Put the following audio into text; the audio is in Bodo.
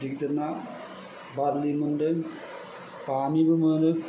गिदिर गिदिर ना बारलि मोनदों बामिबो मोनो